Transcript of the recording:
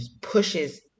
pushes